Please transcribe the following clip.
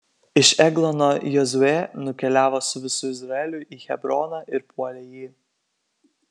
iš eglono jozuė nukeliavo su visu izraeliu į hebroną ir puolė jį